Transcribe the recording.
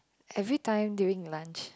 everytime during lunch